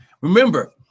Remember